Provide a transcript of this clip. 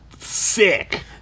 sick